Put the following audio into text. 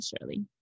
shirley